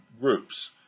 groups